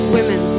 Women